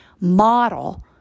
model